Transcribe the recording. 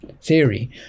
theory